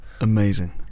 amazing